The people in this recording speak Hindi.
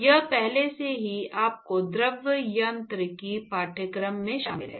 यह पहले से ही आपके द्रव यांत्रिकी पाठ्यक्रम में शामिल है